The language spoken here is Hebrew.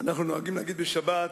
אנחנו נוהגים להגיד בתפילת שבת: